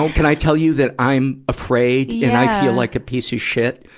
and can i tell you that i am afraid and i feel like a piece of shit?